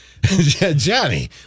Johnny